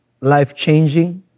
life-changing